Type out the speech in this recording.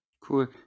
Cool